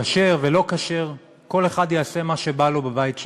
כשר ולא כשר, כל אחד יעשה מה שבא לו בבית שלו.